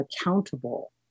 accountable